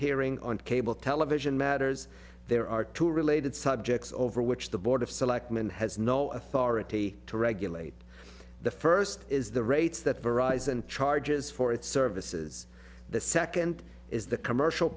hearing on cable television matters there are two related subjects over which the board of selectmen has no authority to regulate the first is the rates that verizon charges for its services the second is the commercial